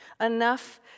Enough